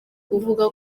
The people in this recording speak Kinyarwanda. uvuga